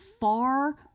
far